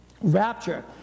rapture